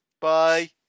bye